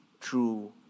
true